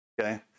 okay